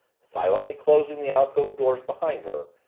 silently closing the alcove doors behind her,